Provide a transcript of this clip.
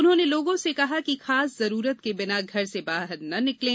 उन्होंने लोगों से कहा कि खास जरूरत के बिना घर से बाहर नहीं निकलें